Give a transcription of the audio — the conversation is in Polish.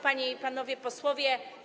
Panie i Panowie Posłowie!